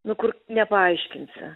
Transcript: nu kur nepaaiškinsi